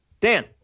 Dan